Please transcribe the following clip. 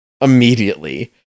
immediately